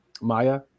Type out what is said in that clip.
Maya